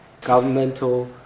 governmental